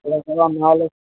ଏଇଟା ସାରା ମାଲ ଅଛି